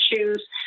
issues